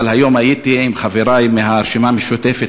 אבל היום הייתי עם חברי מהרשימה המשותפת,